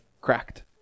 cracked